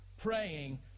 praying